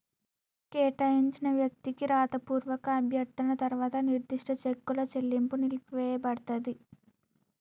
కేటాయించిన వ్యక్తికి రాతపూర్వక అభ్యర్థన తర్వాత నిర్దిష్ట చెక్కుల చెల్లింపు నిలిపివేయపడతది